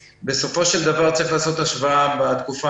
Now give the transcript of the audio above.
בסופו של דבר צריך לעשות השוואה לתקופה